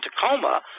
tacoma